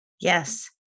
Yes